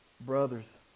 brothers